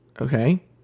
Okay